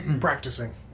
Practicing